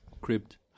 Crypt